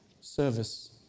service